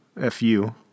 F-U